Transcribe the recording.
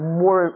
more